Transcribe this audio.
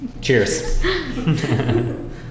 cheers